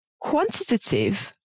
quantitative